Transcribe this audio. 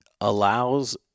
allows